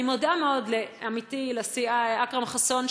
אני מודה מאוד לעמיתי לסיעה אכרם חסון,